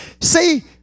See